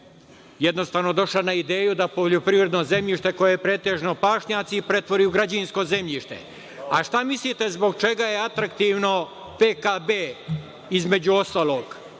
jednostavno došla na ideju da poljoprivredno zemljište koje je pretežno pašnjaci pretvori u građevinsko zemljište. Šta mislite, zbog čega je atraktivno PKB? Nalazi